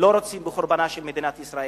לא רוצים בחורבנה של מדינת ישראל,